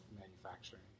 manufacturing